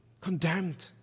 condemned